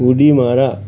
उडी मारा